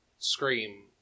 scream